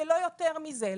ולא יותר מזה,